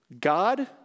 God